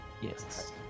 Yes